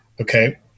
okay